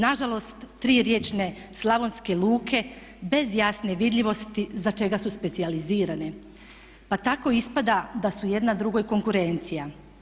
Nažalost tri riječne slavonske luke bez jasne vidljivosti za čega su specijalizirane, pa tako ispada da su jedna drugoj konkurencija.